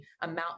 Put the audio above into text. amount